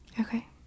Okay